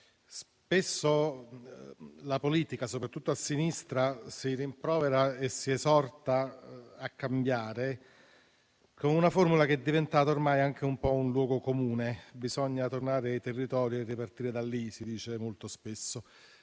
spesso la politica, soprattutto a sinistra, si rimprovera e si esorta a cambiare con una formula che è diventata ormai anche un po' un luogo comune: bisogna tornare ai territori e ripartire da lì, si dice molto spesso.